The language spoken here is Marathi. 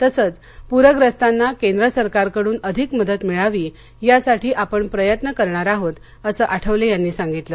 तसच पुरग्रस्तांना केंद्र सरकारकडून अधिक मदत मिळावी यासाठी आपण प्रयत्न करणार आहोत असं आठवले यांनी सांगितलं